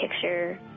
picture